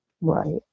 Right